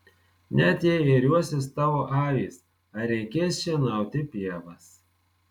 net jei ėriuosis tavo avys ar reikės šienauti pievas